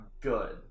good